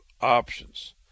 options